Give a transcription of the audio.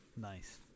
Nice